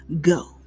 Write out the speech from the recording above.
go